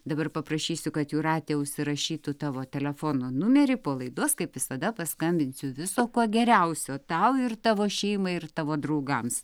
dabar paprašysiu kad jūratė užsirašytų tavo telefono numerį po laidos kaip visada paskambinsiu viso ko geriausio tau ir tavo šeimai ir tavo draugams